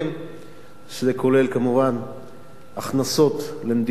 שזה כולל כמובן הכנסות למדינה,